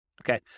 Okay